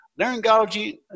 Laryngology